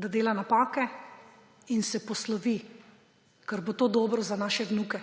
da dela napake in se poslovi, ker bo to dobro za naše vnuke,